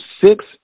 six